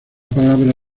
palabra